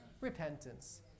Repentance